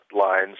lines